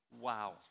Wow